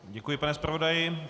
Děkuji, pane zpravodaji.